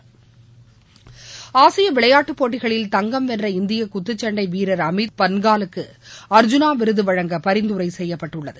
விளையாட்டுச் செய்தி ஆசிய விளையாட்டுப் போட்டிகளில் தங்கம் வென்ற இந்திய குத்துச் சண்டை வீரர் அமித் பன்காலுக்கு அர்ஜுனா விருது வழங்க பரிந்துரை செய்யப்பட்டுள்ளது